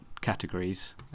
categories